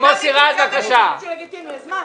גם מיקי וגם אני חושבים שהוא לגיטימי, אז מה?